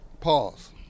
pause